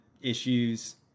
issues